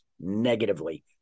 negatively